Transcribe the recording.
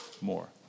more